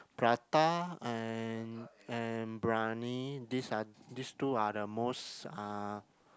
Prata and and briyani this are this two are the most uh